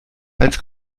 als